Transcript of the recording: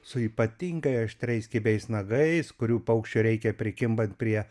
su ypatingai aštriais kibiais nagais kurių paukščiui reikia prikimbant prie